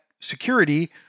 security